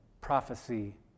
prophecy